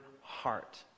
heart